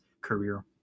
career